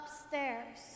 upstairs